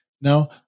Now